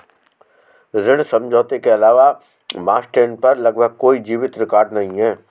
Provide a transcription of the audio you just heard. ऋण समझौते के अलावा मास्टेन पर लगभग कोई जीवित रिकॉर्ड नहीं है